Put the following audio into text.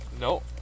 No